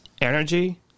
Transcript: energy